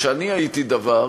כשאני הייתי דוור,